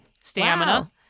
stamina